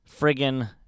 friggin